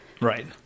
Right